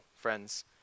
friends